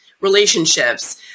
relationships